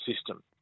system